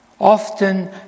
Often